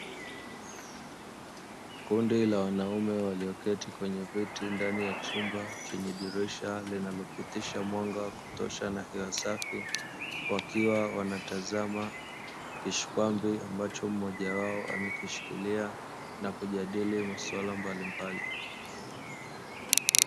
Kundi la wanaume walioketi ndani ya chumba chenye dirisha linalopitisha mwanga wa kutosha na hewa safi, wakiwa wanatazama kishikwambi ambacho mmoja wao amekishikilia na kujadili masuala mbalimbali.